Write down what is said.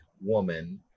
woman